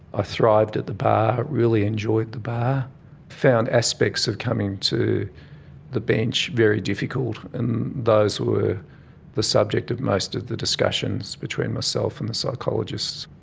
ah thrived at the bar, really enjoyed the bar. i found aspects of coming to the bench very difficult, and those were the subject of most of the discussions between myself and the psychologists.